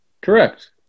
Correct